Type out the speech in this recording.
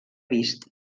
vist